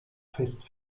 fest